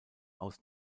aus